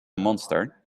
monster